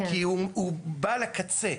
כי הוא בא לקצה.